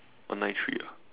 one nine three ah